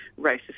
racist